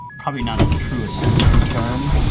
probably not in the truest sense of the term,